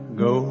go